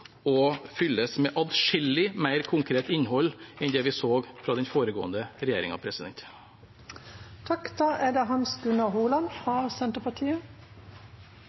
og fylles med atskillig mer konkret innhold enn det vi så fra den foregående